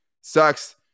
Sucks